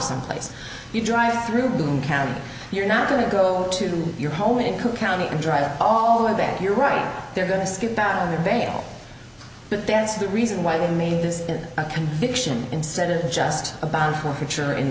someplace you drive through boone county you're not going to go to your home in cook county drive oh i bet you're right they're going to skip out on bail but that's the reason why they made this a conviction instead of just about forfeiture in